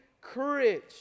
courage